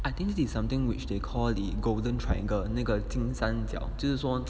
I think it's something which they call the golden triangle 那个金山角就是说